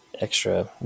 extra